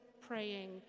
praying